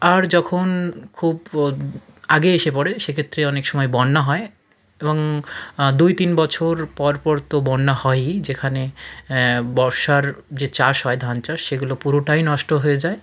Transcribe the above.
আর যখন খুব আগে এসে পড়ে সেক্ষেত্রে অনেক সময় বন্যা হয় এবং দুই তিন বছর পর পর তো বন্যা হয়ই যেখানে বর্ষার যে চাষ হয় ধান চাষ সেগুলো পুরোটাই নষ্ট হয়ে যায়